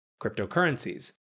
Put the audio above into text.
cryptocurrencies